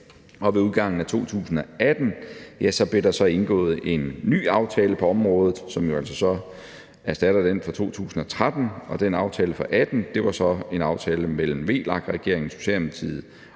Ved udgangen af 2018 blev der så indgået en ny aftale på området, som jo altså så erstatter den fra 2013, og den aftale fra 2018 var så en aftale mellem VLAK-regeringen,